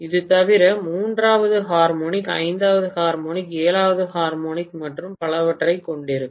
இது தவிர மூன்றாவது ஹார்மோனிக் ஐந்தாவது ஹார்மோனிக் ஏழாவது ஹார்மோனிக் மற்றும் பலவற்றைக் கொண்டிருக்கும்